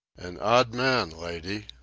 an odd man, lady?